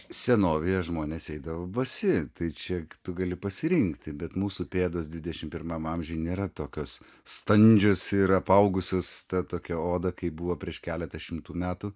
senovėje žmonės eidavo basi tai čia tu gali pasirinkti bet mūsų pėdos dvidešimt pirmam amžiuj nėra tokios standžios ir apaugusios ta tokia oda kaip buvo prieš keletą šimtų metų